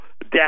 death